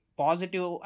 positive